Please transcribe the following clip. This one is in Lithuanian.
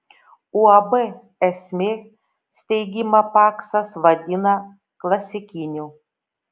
uab esmė steigimą paksas vadina klasikiniu